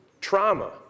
Trauma